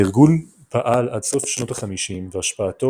הארגון פעל עד סוף שנות ה-50 והשפעתו